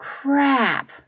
crap